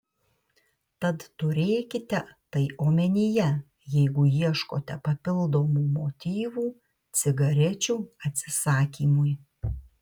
tad turėkite tai omenyje jeigu ieškote papildomų motyvų cigarečių atsisakymui